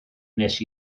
wnes